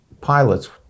pilots